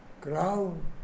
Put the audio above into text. ground